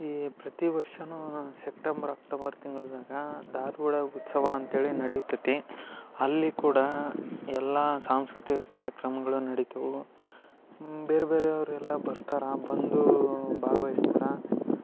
ಈ ಪ್ರತಿ ವರ್ಷನೂ ಸಪ್ಟೆಂಬರ್ ಅಕ್ಟೋಬರ್ ತಿಂಗಳದಾಗ ಧಾರವಾಡ ಉತ್ಸವ ಅಂತ್ಹೇಳಿ ನಡೆಯುತೈತಿ ಅಲ್ಲಿ ಕೂಡ ಎಲ್ಲ ಸಾಂಸ್ಕೃತಿಕ ಕಾರ್ಯಕ್ರಮಗಳು ನಡಿತವೆ ಬೇರೆ ಬೇರೆಯವರೆಲ್ಲ ಬರ್ತಾರೆ ಬಂದು ಭಾಗವಹಿಸ್ತರ